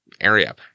area